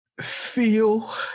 feel